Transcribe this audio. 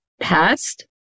passed